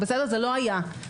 זה לא היה.